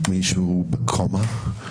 מישהו בקומה,